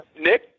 Nick